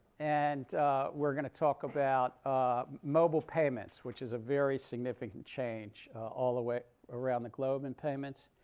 and we're going to talk about mobile payments, which is a very significant change all the way around the globe in payments.